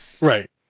Right